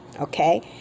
okay